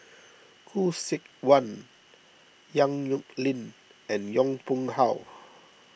Khoo Seok Wan Yong Nyuk Lin and Yong Pung How